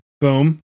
Boom